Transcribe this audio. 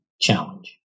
challenge